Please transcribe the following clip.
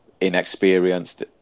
inexperienced